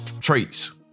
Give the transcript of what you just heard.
traits